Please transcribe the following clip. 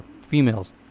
females